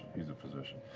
he's a physician.